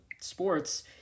sports